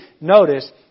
Notice